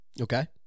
Okay